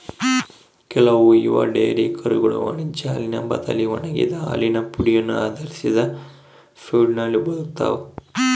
ಕೆಲವು ಯುವ ಡೈರಿ ಕರುಗಳು ವಾಣಿಜ್ಯ ಹಾಲಿನ ಬದಲಿ ಒಣಗಿದ ಹಾಲಿನ ಪುಡಿಯನ್ನು ಆಧರಿಸಿದ ಫೀಡ್ನಲ್ಲಿ ಬದುಕ್ತವ